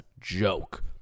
joke